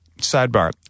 Sidebar